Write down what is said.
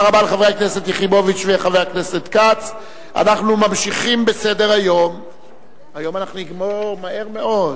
46 בעד, אין מתנגדים, אין נמנעים.